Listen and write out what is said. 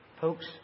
Folks